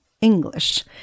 English